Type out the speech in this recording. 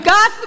God